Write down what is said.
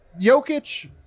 Jokic